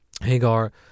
Hagar